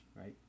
right